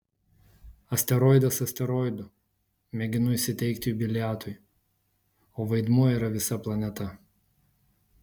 asteroidas asteroidu mėginu įsiteikti jubiliatui o vaidmuo yra visa planeta